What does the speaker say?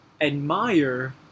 admire